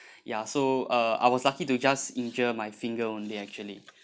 ya so uh I was lucky to just injure my finger only actually